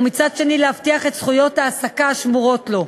ומצד שני להבטיח את זכויות ההעסקה השמורות לו.